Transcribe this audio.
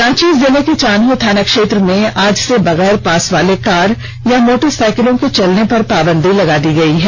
रांची जिले के चान्हो थाना क्षेत्र में आज से बगैर पास वाले कार या मोटरसाइकिलों के चलने पर पाबंदी लगा दी गई है